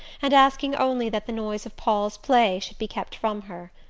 and asking only that the noise of paul's play should be kept from her.